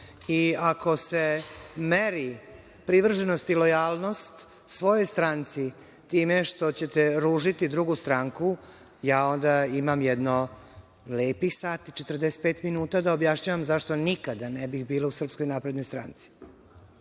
I ako se meri privrženost i lojalnost svojoj stranci time što ćete ružiti drugu stranku, ja onda imam jedno lepih sat i 45 minuta da objašnjavam zašto nikada ne bih bila u SNS.Evo, dobacuju